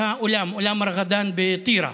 אולם רגדאן בטירה,